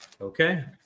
okay